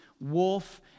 wolf